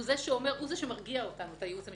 הוא זה שמרגיע את הייעוץ המשפטי.